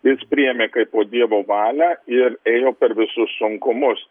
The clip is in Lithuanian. jis priėmė kaipo dievo valią ir ėjo per visus sunkumus